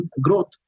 growth